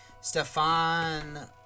Stefan